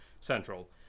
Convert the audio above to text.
central